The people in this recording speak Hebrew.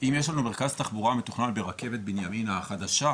אם יש לנו מרכז תחבורה מתוכנן בתחנת הרכבת של בנימינה החדשה,